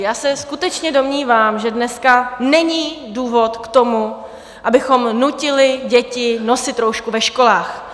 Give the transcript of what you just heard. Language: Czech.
Já se skutečně domnívám, že dneska není důvod k tomu, abychom nutili děti nosit roušku ve školách.